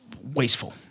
wasteful